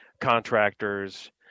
contractors